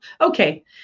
Okay